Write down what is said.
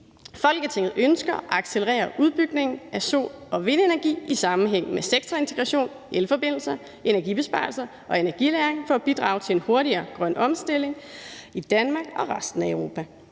Folketinget ønsker at accelerere udbygningen af både sol- og vindenergi i sammenhæng med sektorintegration, elforbindelser, energibesparelser og energilagring for at bidrage til en hurtigere grøn omstilling i Danmark og resten af Europa.